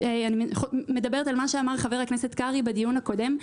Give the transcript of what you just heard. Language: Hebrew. אני מדברת על מה שאמר חבר הכנסת קרעי בדיון הקודם,